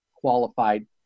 qualified